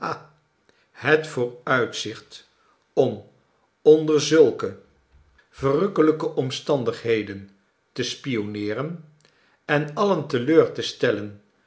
het vooruitzicht om onder zulke verrukkelijke omstandigheden te spionneeren en alien teleur te stellen